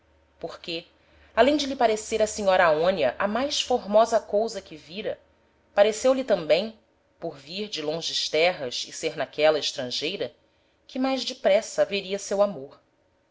porque além de lhe parecer a senhora aonia a mais formosa cousa que vira pareceu-lhe tambem por vir de longes terras e ser n'aquela estrangeira que mais depressa haveria seu amor